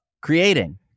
creating